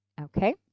Okay